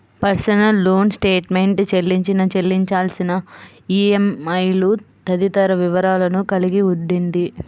personal loan statement చెల్లించిన, చెల్లించాల్సిన ఈఎంఐలు తదితర వివరాలను కలిగి ఉండిద్ది